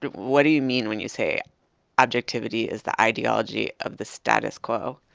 what do you mean when you say objectivity is the ideology of the status quo?